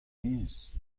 hennezh